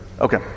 Okay